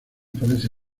parece